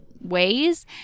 ways